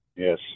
Yes